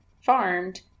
farmed